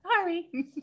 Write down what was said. sorry